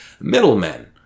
middlemen